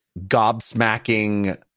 gobsmacking